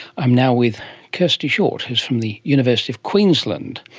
i'm now with kirsty short who is from the university of queensland.